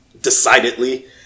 decidedly